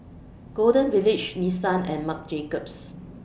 Golden Village Nissan and Marc Jacobs